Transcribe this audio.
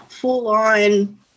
full-on